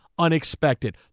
Unexpected